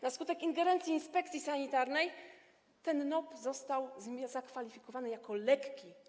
Na skutek ingerencji inspekcji sanitarnej ten NOP został zakwalifikowany jako lekki.